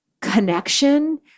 connection